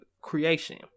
creation